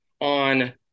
on